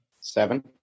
seven